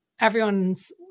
everyone's